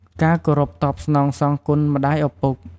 ការគោរពតបស្នងសងគុណម្តាយឪពុក។